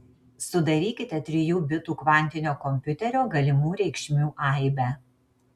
sudarykite trijų bitų kvantinio kompiuterio galimų reikšmių aibę